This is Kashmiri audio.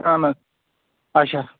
اہَن حظ اچھا